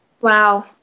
Wow